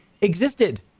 existed